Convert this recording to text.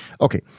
Okay